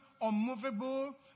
unmovable